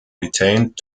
retained